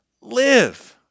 live